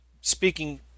speaking